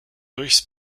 durchs